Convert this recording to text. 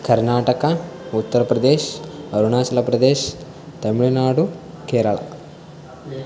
Karnataka Uttar Pradesh Arunachal Pradesh Tamil Nadu Kerala